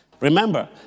Remember